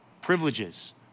privileges